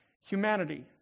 humanity